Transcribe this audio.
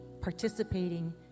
participating